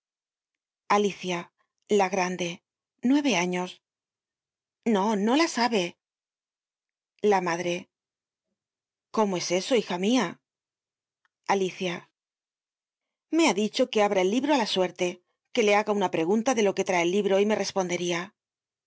alicia la grande nueve años no no la sabe la madre cómo es eso hija mia alicia me ha dicho que abra el libro á la suerte que le haga una pregunta de lo que trae el libro y me respondería